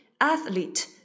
Athlete